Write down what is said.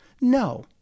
No